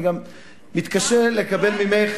אני גם מתקשה לקבל ממך,